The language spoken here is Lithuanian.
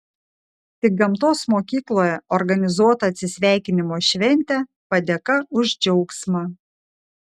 tik gamtos mokykloje organizuota atsisveikinimo šventė padėka už džiaugsmą